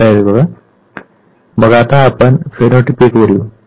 मग आता आपण फिनोटीपिकवर येऊ